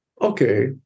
okay